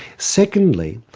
secondly,